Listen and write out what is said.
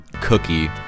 cookie